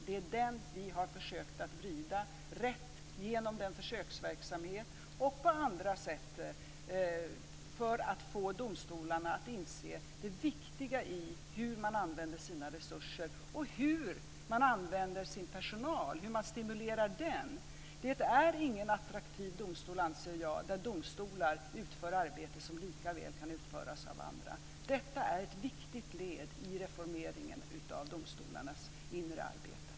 Det är den vi har försökt att vrida rätt genom försöksverksamheten och på andra sätt, för att få domstolarna att inse att det är viktigt hur man använder sina resurser och hur man använder sin personal och stimulerar den. Det är ingen attraktiv domstol, anser jag, när domare utför arbete som likaväl kan utföras av andra. Detta är ett viktigt led i reformeringen av domstolarnas inre arbete.